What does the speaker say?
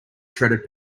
shredded